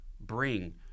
bring